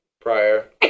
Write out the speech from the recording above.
prior